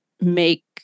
make